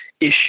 issue